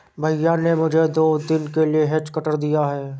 भैया ने मुझे दो दिन के लिए हेज कटर दिया है